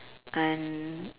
and